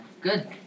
Good